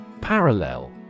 Parallel